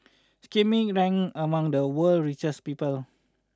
Schmidt ranks among the world richest people